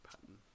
Pattern